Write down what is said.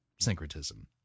syncretism